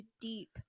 deep